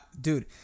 Dude